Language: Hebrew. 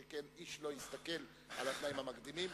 שכן איש לא הסתכן על התנאים המקדימים.